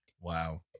Wow